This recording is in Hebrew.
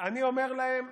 אני אומר להם: